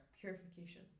purification